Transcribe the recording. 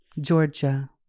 Georgia